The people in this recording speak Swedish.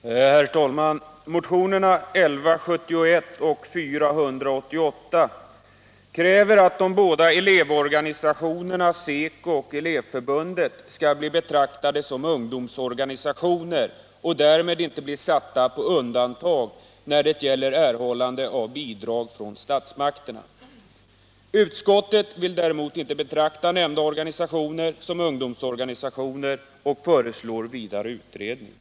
sendets centrala och Herr talman! Motionerna 1171 och 488 kräver att de båda elevorga = regionala myndignisationerna SECO och Elevförbundet skall bli betraktade som ungdoms = heter m.m. organisationer och därmed inte bli satta på undantag när det gäller erhållande av bidrag från statsmakterna. Utskottet vill däremot inte betrakta nämnda organisationer som ungdomsorganisationer och föreslår vidare utredning.